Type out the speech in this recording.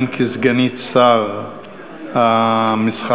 גם כסגנית שר המסחר,